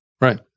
Right